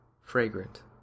fragrant